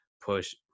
push